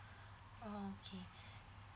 okay